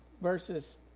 verses